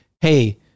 hey